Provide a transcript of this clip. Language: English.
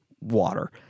water